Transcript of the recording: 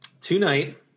Tonight